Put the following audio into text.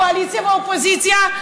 קואליציה ואופוזיציה,